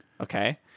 Okay